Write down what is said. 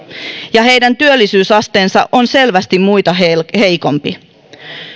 ja heidän työllisyysasteensa on selvästi muita heikompi